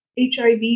HIV